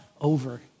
over